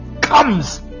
comes